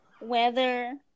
weather